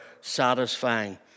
satisfying